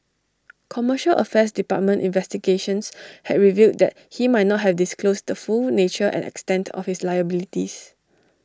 commercial affairs department investigations had revealed that he might not have disclosed the full nature and extent of his liabilities